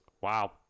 wow